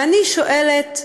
ואני שואלת: